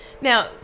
Now